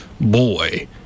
boy